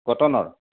কটনৰ